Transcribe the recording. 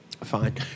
Fine